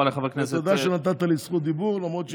תודה שנתת לי זכות דיבור למרות שנרשמתי,